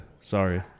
Sorry